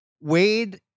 Wade